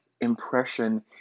impression